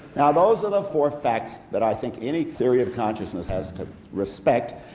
now those are the four facts that i think any theory of consciousness has to respect,